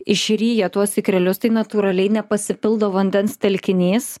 i ryja tuos ikrelius tai natūraliai nepasipildo vandens telkinys